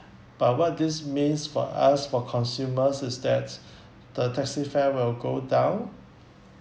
but what this means for us for consumers is that the taxi fare will go down